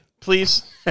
please